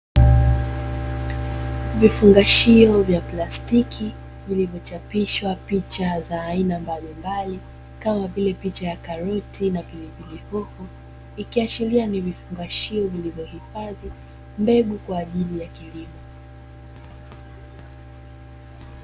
Vifungashio vya plastiki vilivyochapishwa picha za aina mbalimbali kama vile picha ya karoti na pilipili hoho, ikiashiria ni vifungashio vilivyohifadhi mbegu kwa ajili ya kilimo.